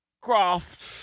Craft